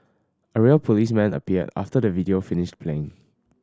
a real policeman appeared after the video finished play